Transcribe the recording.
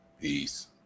Peace